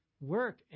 work